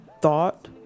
thought